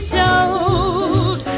told